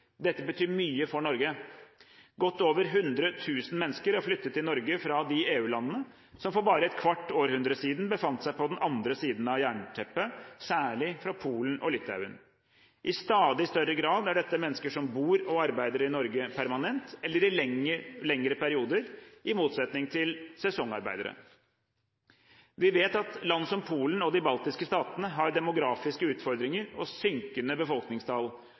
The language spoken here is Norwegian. betyr mye for Norge. Godt over 100 000 mennesker har flyttet til Norge fra de EU-landene som for bare et kvart århundre siden befant seg på den andre siden av jernteppet, særlig fra Polen og Litauen. I stadig større grad er dette mennesker som bor og arbeider i Norge permanent eller i lengre perioder, i motsetning til sesongarbeidere. Vi vet at land som Polen og de baltiske statene har demografiske utfordringer og synkende befolkningstall,